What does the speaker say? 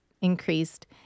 increased